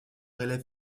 élève